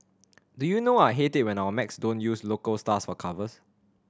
do you know I hate it when our mags don't use local stars for covers